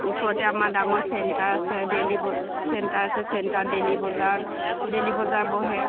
ওচৰতে আমাৰ ডাঙৰ চেন্টাৰ আছে ডেইলী ব চেন্টাৰ আছে চেন্টাৰত ডেইলী বজাৰত ডেইলী বজাৰ বহে